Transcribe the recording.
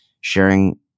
sharing